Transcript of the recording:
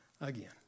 again